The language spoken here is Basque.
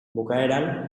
bukaeran